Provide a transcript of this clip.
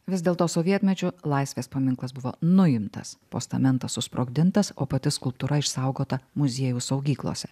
vis dėlto sovietmečiu laisvės paminklas buvo nuimtas postamentas susprogdintas o pati skulptūra išsaugota muziejaus saugyklose